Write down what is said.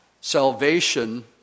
salvation